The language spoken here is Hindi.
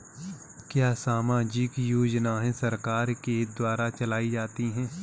क्या सामाजिक योजनाएँ सरकार के द्वारा चलाई जाती हैं?